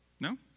No